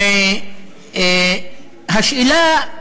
השאלה,